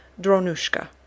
Dronushka